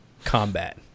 combat